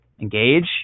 engage